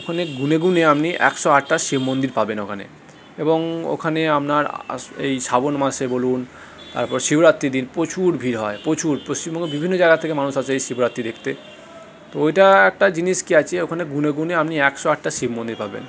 ওখানে গুনে গুনে আপনি একশো আটটা মন্দির শিব মন্দির পাবেন ওখানে এবং ওখানে আপনার এই শ্রাবণ মাসে বলুন তারপর শিবরাত্রির দিন প্রচুর ভিড় হয় প্রচুর পশ্চিমবঙ্গের বিভিন্ন জায়গা থেকে মানুষ আসে এই শিবরাত্রি দেখতে তো ওইটা একটা জিনিস কি আছে ওখানে গুনে গুনে আপনি একশো আটটা শিব মন্দির পাবেন